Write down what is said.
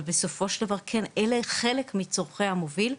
אבל, בסופו של דבר, כן, אלה חלק מצורכי המוביל.